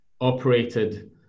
operated